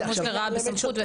שימוש לרעה בסמכות.